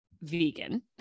vegan